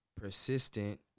Persistent